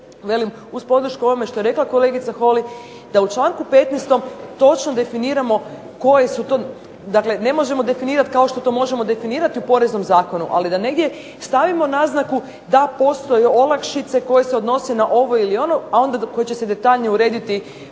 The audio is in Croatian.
uz podršku ovome što je rekla kolegica Holy, da u članku 15. točno definiramo koje su to, dakle ne možemo definirati kao što to možemo definirati u poreznom zakonu, ali da negdje stavimo naznaku da postoje olakšice koje se odnose na ovo ili ono a onda koje će se detaljnije urediti